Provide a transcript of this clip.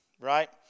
right